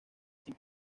sin